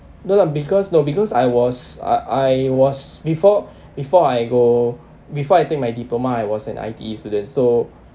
no lah because no because I was I I was before before I go before I take my diploma I was an I_T_E student so